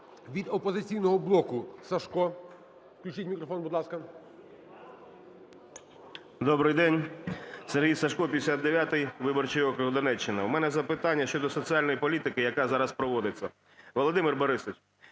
Від "Опозиційного блоку" – Сажко. Включіть мікрофон будь ласка. 10:44:44 САЖКО С.М. Добрий день! Сергій Сажко, 59-й виборчий округ, Донеччина. В мене запитання щодо соціальної політики яка зараз проводиться. Володимир Борисович,